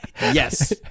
yes